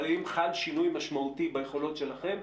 אבל האם חל שינוי משמעותי ביכולות שלכם,